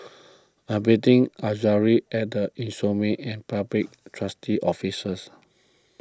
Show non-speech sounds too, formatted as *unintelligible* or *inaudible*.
I'm meeting Azaria at the *unintelligible* and Public Trustee's Office *unintelligible*